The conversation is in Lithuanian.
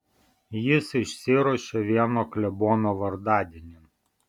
jis išsiruošė vieno klebono vardadienin